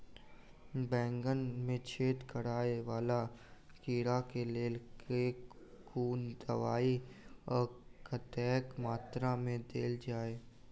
बैंगन मे छेद कराए वला कीड़ा केँ लेल केँ कुन दवाई आ कतेक मात्रा मे देल जाए?